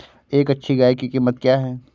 एक अच्छी गाय की कीमत क्या है?